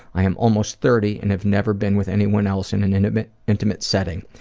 i'm almost thirty and have never been with anyone else in an intimate intimate setting.